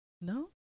no